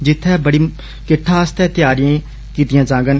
जित्थै बड्डी किट्ठ आस्तै तैयारियां कीतियां जांडन